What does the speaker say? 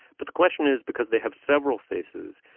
but the question is because they have several faces.